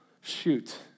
shoot